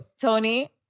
Tony